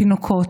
תינוקות.